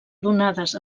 donades